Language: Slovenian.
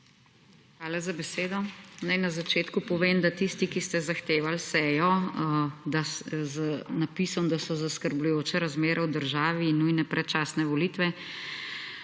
Hvala za besedo. Naj na začetku povem, da tisti, ki ste zahtevali sejo z napisom, da so zaskrbljujoče razmere v državi in nujne predčasne volitve,